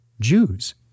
Jews